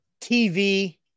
TV